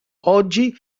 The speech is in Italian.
oggi